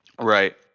Right